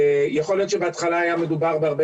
יכול להיות שבהתחלה היה מדובר בהרבה